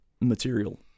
material